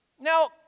Now